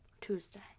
tuesday